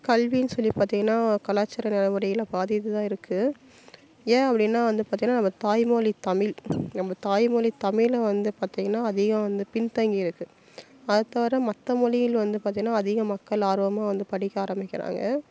கல்வின்னு சொல்லி பார்த்திங்கனா கலாச்சார நடைமுறையில் பாதி இது தான் இருக்குது ஏன் அப்படின்னா வந்து பார்த்திங்கனா நம்ம தாய்மொழி தமிழ் நம்ம தாய்மொழி தமிழ் வந்து பார்த்திங்கனா அதிகம் வந்து பின்தங்கி இருக்குது அது தவிர மற்ற மொழியில் வந்து பார்த்திங்கனா அதிகம் மக்கள் ஆர்வமாக வந்து படிக்க ஆரம்பிக்கிறாங்க